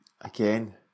again